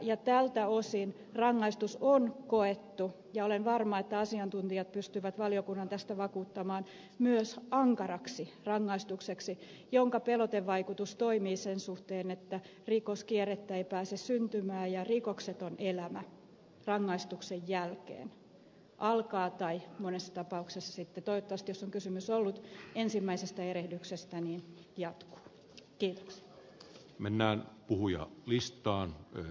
ja tältä osin rangaistus on koettu ja olen varma että asiantuntijat pystyvät valiokunnan tästä vakuuttamaan myös ankaraksi rangaistukseksi jonka pelotevaikutus toimii sen suhteen että rikoskierrettä ei pääse syntymään ja rikokseton elämä rangaistuksen jälkeen alkaa tai monessa tapauksessa sitten toivottavasti jos on kysymys ollut ensimmäisestä erehdyksestä jatkuu